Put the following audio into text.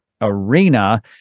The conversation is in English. arena